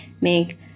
make